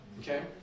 okay